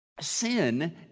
sin